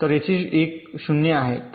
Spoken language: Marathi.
तर येथे 1 शून्य आहे